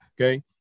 okay